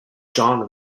john